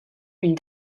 une